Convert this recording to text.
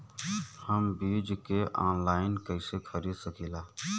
हम बीज के आनलाइन कइसे खरीद सकीला?